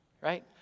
Right